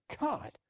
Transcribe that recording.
God